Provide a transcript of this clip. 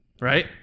Right